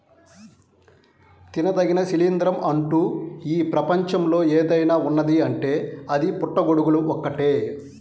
తినదగిన శిలీంద్రం అంటూ ఈ ప్రపంచంలో ఏదైనా ఉన్నదీ అంటే అది పుట్టగొడుగులు ఒక్కటే